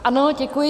Ano, děkuji.